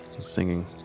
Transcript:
singing